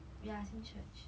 same church